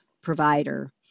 provider